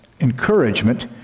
encouragement